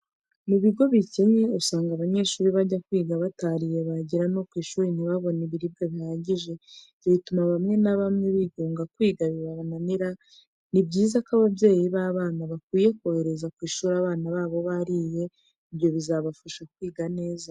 Mu bigo bikennye usanga abanyeshuri bajya kwiga batariye bagera no ku ishuri ntibabone ibiribwa bibahagije, ibyo bituma bamwe na bamwe bigunga kwiga bibananira ni byiza ko ababyeyi babana bakwiye kohereza ku ishuri abana babo bariye, ibyo bizabafasha kwiga neza.